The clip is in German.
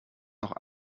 noch